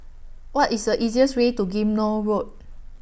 What IS The easiest Way to Ghim Moh Road